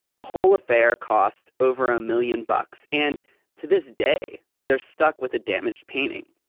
the whole affair cost over a million bucks, and to this day they're stuck with a damaged painting.